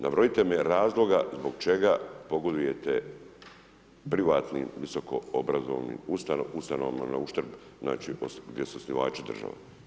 Nabrojite mi razloga zbog čega pogodujete privatnim visokoobrazovanim ustanovama nauštrb gdje su osnivači država?